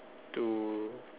to